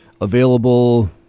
available